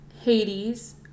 Hades